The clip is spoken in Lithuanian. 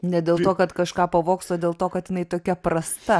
ne dėl to kad kažką pavogs o dėl to kad jinai tokia prasta